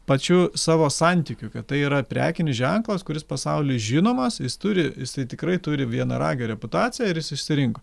pačiu savo santykiu kad tai yra prekinis ženklas kuris pasauly žinomas jis turi jisai tikrai turi vienaragio reputaciją ir jis išsirinko